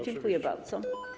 Dziękuję bardzo.